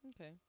Okay